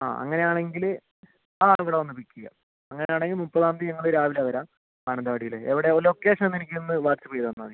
ആ അങ്ങനെ ആണെങ്കിൽ ആ ഇവിടെ വന്ന് പിക്ക് ചെയ്യാം അങ്ങനെ ആണെങ്കിൽ മുപ്പതാം തീയതി ഞങ്ങൾ രാവിലെ വരാം മാനന്തവാടിയിൽ എവിടെ ഓ ലൊക്കേഷൻ ഒന്ന് എനിക്കൊന്ന് വാട്ട്സ്ആപ്പ് ചെയ്ത് തന്നാൽ മതി